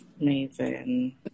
Amazing